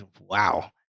wow